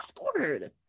Awkward